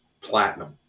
platinum